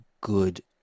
good